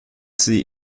sie